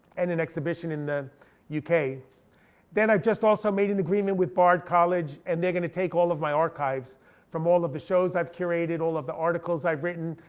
and an exhibition in the yeah uk. then i just also made in agreement with bard college, and they're gonna take all of my archives from all of the shows i've curated, all of the articles i've written.